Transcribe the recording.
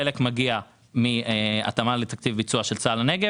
חלק מגיע מהתאמה לתקציב ביצוע של מעבר צה"ל לנגב